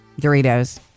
Doritos